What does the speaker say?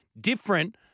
Different